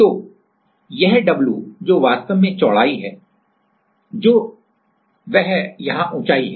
तो यह w जो वास्तव में चौड़ाई है जो वह यहाँ ऊँचाई है